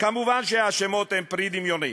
מובן שהשמות הם פרי דמיוני: